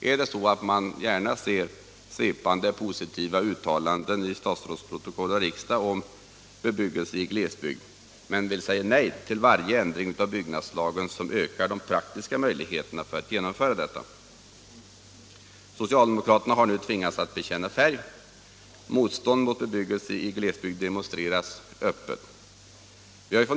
Är det så att man gärna ser svepande positiva uttelanden i statsrådsprotokoll och riksdag om bebyggelse i glesbygd men säger nej till varje ändring av byggnadslagen som ökar de praktiska möjligheterna att genomföra detta önskemål? Socialdemokraterna har nu tvingats bekänna färg. Motstånd mot bebyggelse i glesbygd demonstreras öppet.